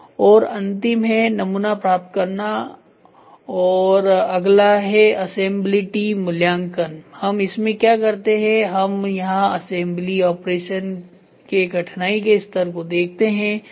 और अंतिम है नमूना प्राप्त करना और अगला है असेंबलीटी मूल्यांकन हम इसमें क्या करते हैं हम यहां असेंबली ऑपरेशन के कठिनाई के स्तर को देखते हैं